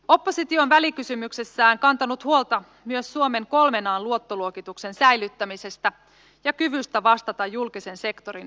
oppositio on välikysymyksessään kantanut huolta myös suomen kolmen an luottoluokituksen säilyttämisestä ja kyvystä vastata julkisen sektorin velvollisuuksista